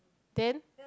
then